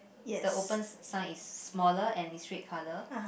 the open sign is smaller and it's red color